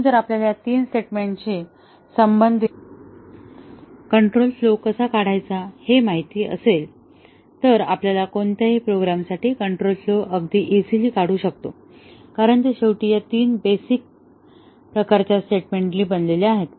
म्हणून जर आपल्याला या तीन स्टेटमेंटशी संबंधित कंट्रोल फ्लोकसा काढायचा हे माहित असेल तर आपण कोणत्याही प्रोग्रामसाठी कंट्रोल फ्लोअगदी इझिली काढू शकतो कारण ते शेवटी या तीन बेसिक प्रकारच्या स्टेटमेंटनी बनलेले आहेत